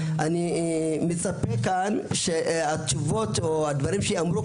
אני מצפה כאן שהתשובות או הדברים שייאמרו,